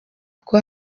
kuko